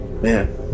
Man